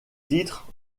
titre